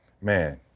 man